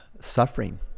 suffering